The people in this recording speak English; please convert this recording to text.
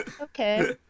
Okay